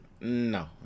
No